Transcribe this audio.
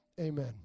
Amen